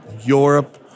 Europe